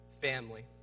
family